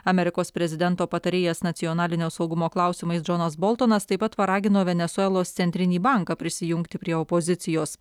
amerikos prezidento patarėjas nacionalinio saugumo klausimais džonas boltonas taip pat paragino venesuelos centrinį banką prisijungti prie opozicijos